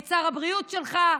את שר הבריאות שלך,